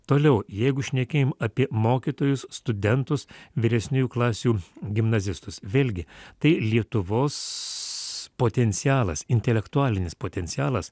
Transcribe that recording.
toliau jeigu šneki apie mokytojus studentus vyresniųjų klasių gimnazistus vėlgi tai lietuvos potencialas intelektualinis potencialas